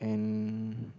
and